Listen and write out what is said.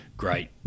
Great